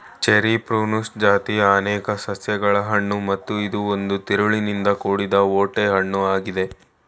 cherry ಪ್ರೂನುಸ್ ಜಾತಿಯ ಅನೇಕ ಸಸ್ಯಗಳ ಹಣ್ಣು ಮತ್ತು ಇದು ಒಂದು ತಿರುಳಿನಿಂದ ಕೂಡಿದ ಓಟೆ ಹಣ್ಣು ಆಗಿದೆ